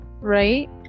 right